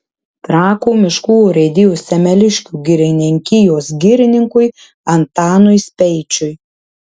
trakų miškų urėdijos semeliškių girininkijos girininkui antanui speičiui